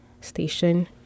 station